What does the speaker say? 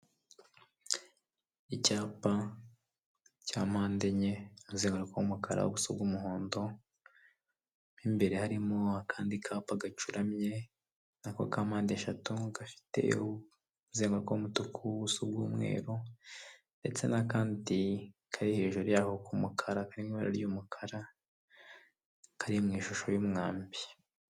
Icyapa cya mpande enye n'umuzenguruko w'umukara w'ubuso bw'umuhondo w'imbere harimo akandi kapa gacuramye nako kampande eshatu gafite umuzenguruko w'umutuku, ubuso bw'umweru ndetse n'akandi kari hejuru yaho k'umukara karimo ibara ry'umukara kari mu ishusho y'umwambi.